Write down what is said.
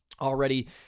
already